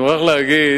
אני מוכרח להגיד